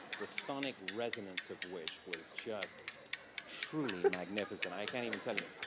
the sonic resonance of which was just truly magnificent. i can't even tell you.